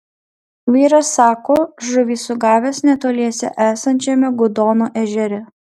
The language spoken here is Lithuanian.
vyras sako žuvį sugavęs netoliese esančiame gudono ežere